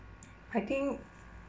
I think